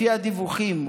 לפי הדיווחים,